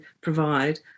provide